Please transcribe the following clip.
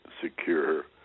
secure